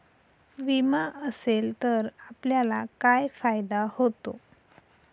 विमा असेल तर आपल्याला काय फायदा होतो?